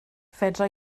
fedra